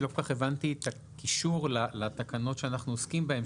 לא כל כך הבנתי את הקישור לתקנות שאנחנו עוסקים בהן.